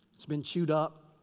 it's been chewed up.